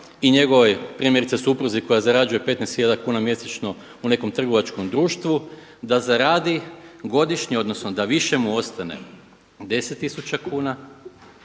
i njegovoj primjerice supruzi koja zarađuje 15 tisuća kuna godišnje u nekom trgovačkom društvu da zaradi godišnje odnosno da više mu ostane 10 tisuća kuna,